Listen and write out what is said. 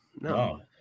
no